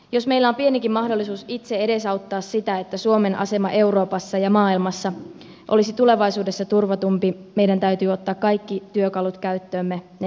jos meillä on pienikin mahdollisuus itse edesauttaa sitä että suomen asema euroopassa ja maailmassa olisi tulevaisuudessa turvatumpi meidän täytyy ottaa kaikki työkalut käyttöömme ne ikävätkin